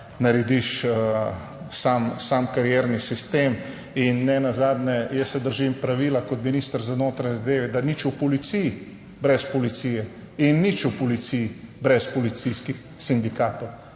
narediš sam karierni sistem in nenazadnje, jaz se držim pravila kot minister za notranje zadeve, da nič v policiji brez policije in nič v policiji brez policijskih sindikatov,